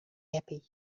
happy